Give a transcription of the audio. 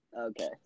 Okay